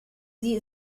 sie